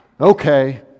Okay